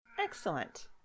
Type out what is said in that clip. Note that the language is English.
Excellent